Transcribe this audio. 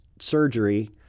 surgery